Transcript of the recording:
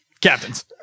captains